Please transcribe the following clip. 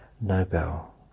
Nobel